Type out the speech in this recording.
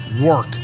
work